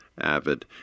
avid